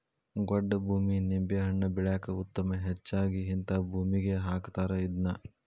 ಗೊಡ್ಡ ಭೂಮಿ ನಿಂಬೆಹಣ್ಣ ಬೆಳ್ಯಾಕ ಉತ್ತಮ ಹೆಚ್ಚಾಗಿ ಹಿಂತಾ ಭೂಮಿಗೆ ಹಾಕತಾರ ಇದ್ನಾ